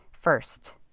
First